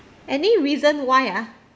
any reason why ah